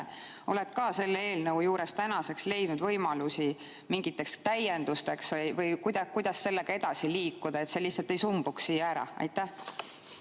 oled ka selle eelnõu juures tänaseks leidnud võimalusi mingiteks täiendusteks? Või kuidas sellega edasi liikuda, et see lihtsalt ei sumbuks siia ära?